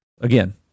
Again